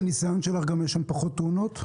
לפי הניסיון שלך יש להן גם פחות תאונות?